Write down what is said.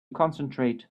concentrate